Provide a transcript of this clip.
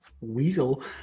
Weasel